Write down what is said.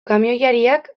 kamioilariak